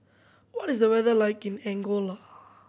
what is the weather like in Angola